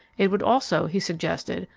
it would also, he suggested,